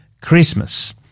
Christmas